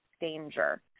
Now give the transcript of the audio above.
danger